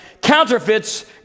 counterfeits